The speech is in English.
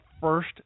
first